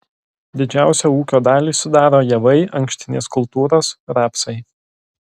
didžiausią ūkio dalį sudaro javai ankštinės kultūros rapsai